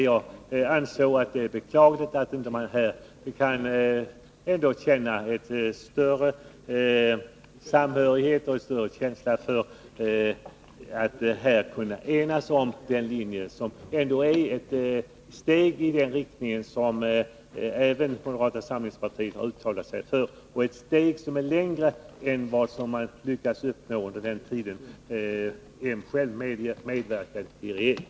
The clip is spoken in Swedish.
Jag anser det beklagligt att man inte här kan känna större samhörighet och enas om den linje som ändå är ett steg i den riktning som även moderata samlingspartiet har uttalat sig för, ett steg som är längre än moderaterna lyckades uppnå under den tid de medverkade i regeringen.